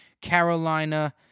Carolina